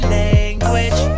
language